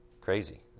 Crazy